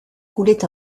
coulait